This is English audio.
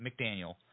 McDaniel